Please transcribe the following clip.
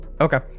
Okay